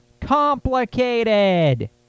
complicated